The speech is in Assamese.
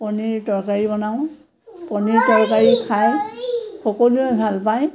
পনীৰ তৰকাৰী বনাওঁ পনীৰ তৰকাৰী খাই সকলোৱে ভাল পায়